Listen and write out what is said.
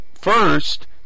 first